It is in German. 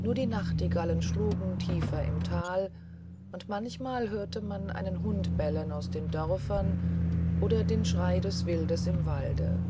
nur die nachtigallen schlugen tiefer im tal manchmal hörte man einen hund bellen aus den dörfern oder den schrei des wildes im walde